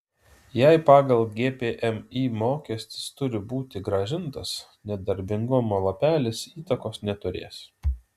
jei pagal gpmį mokestis turi būti grąžintas nedarbingumo lapelis įtakos neturės